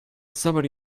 somebody